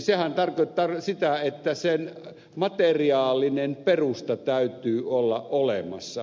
sehän tarkoittaa sitä että sen materiaalisen perustan täytyy olla olemassa